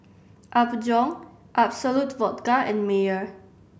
Apgujeong Absolut Vodka and Mayer